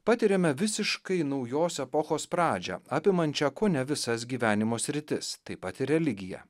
patiriame visiškai naujos epochos pradžią apimančią kone visas gyvenimo sritis taip pat ir religiją